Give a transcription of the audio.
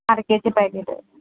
అరకేజీ ప్యాకెట్